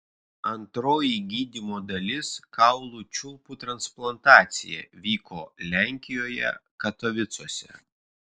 antroji gydymo dalis kaulų čiulpų transplantacija vyko lenkijoje katovicuose